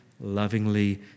lovingly